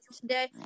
today